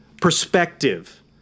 Perspective